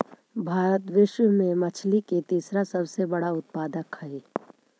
भारत विश्व में मछली के तीसरा सबसे बड़ा उत्पादक हई